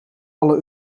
alle